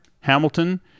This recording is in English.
Hamilton